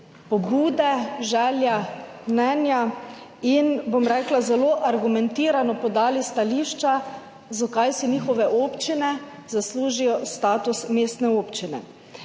pobude, želje, mnenja in zelo argumentirano podali stališča, zakaj si njihove občine zaslužijo status mestne občine.